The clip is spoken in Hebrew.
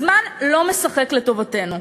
הזמן לא משחק לטובתנו,